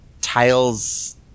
Tiles